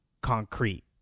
concrete